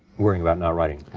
worrying about not writing?